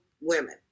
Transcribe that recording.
women